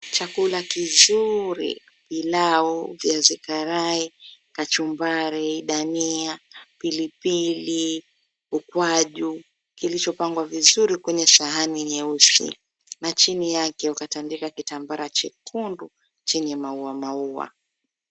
Chakula kizuri, pilau, viazi karai, kachumbari, dania, pilipili, ukwaju, kilichopangwa vizuri kwenye sahani nyeusi na chini yake wakatandika kitambara chekundu chenye maua maua.